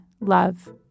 love